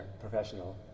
professional